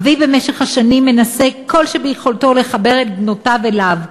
אבי במשך השנים מנסה כל שביכולתו לחבר את בנותיו אליו,